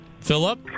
Philip